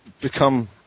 become